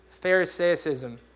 Pharisaicism